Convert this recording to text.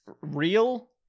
real